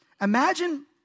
Imagine